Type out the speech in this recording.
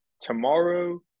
tomorrow